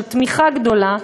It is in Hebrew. של תמיכה גדולה,